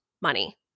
money